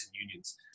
unions